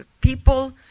people